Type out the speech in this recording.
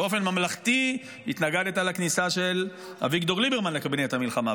באופן ממלכתי התנגדת לכניסה של אביגדור ליברמן לקבינט המלחמה,